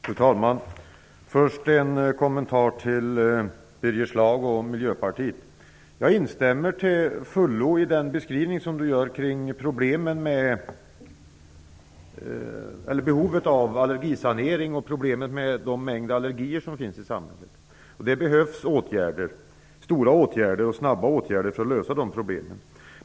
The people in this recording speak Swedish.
Fru talman! Först vill jag avge en kommentar till Birger Schlaug och Miljöpartiet. Jag instämmer till fullo i den beskrivning som Birger Schlaug gör kring behovet av allergisanering och problemet med den mängd allergier som finns i samhället. Det behövs stora och snabba åtgärder för att lösa dessa problem.